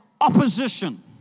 opposition